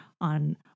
on